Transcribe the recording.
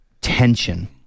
tension